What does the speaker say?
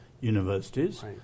universities